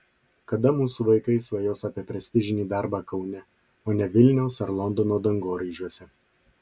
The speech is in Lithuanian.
kada mūsų vaikai svajos apie prestižinį darbą kaune o ne vilniaus ar londono dangoraižiuose